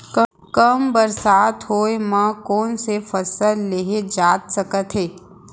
कम बरसात होए मा कौन से फसल लेहे जाथे सकत हे?